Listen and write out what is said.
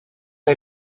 est